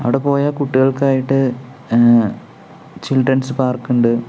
അവിടെ പോയാൽ കുട്ടികൾക്കായിട്ട് ചിൽഡ്രൻസ് പാർക്കുണ്ട്